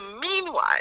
meanwhile